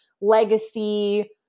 legacy